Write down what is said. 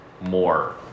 more